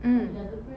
mm